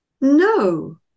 No